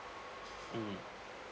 mm